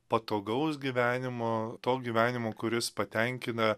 patogaus gyvenimo to gyvenimo kuris patenkina